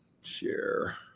Share